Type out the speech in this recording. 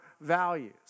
values